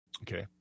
Okay